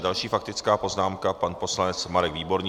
Další faktická poznámka, pan poslanec Marek Výborný.